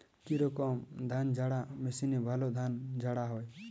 কি রকম ধানঝাড়া মেশিনে ভালো ধান ঝাড়া হয়?